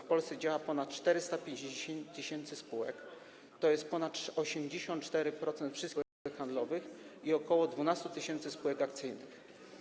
W Polsce działa ponad 450 tys. spółek z o.o. - to ponad 84% wszystkich spółek handlowych - i ok. 12 tys. spółek akcyjnych.